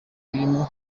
birimo